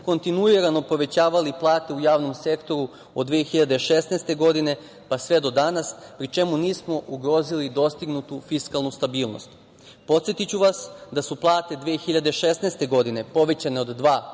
kontinuirano povećavali plate u javnom sektoru od 2016. godine pa sve do danas, pri čemu nismo ugrozili dostignutu fiskalnu stabilnost. Podsetiću vas da su plate 2016. godine povećane od 2